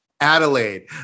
Adelaide